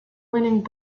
winning